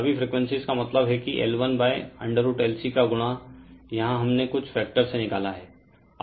सभी फ्रीक्वेंसीज़ का मतलब है कि L1√LC का गुणा यहाँ हमने कुछ फैक्टर से निकाला है